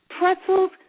pretzels